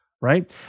right